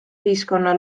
ühiskonna